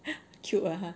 cute lah !huh!